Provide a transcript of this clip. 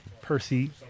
Percy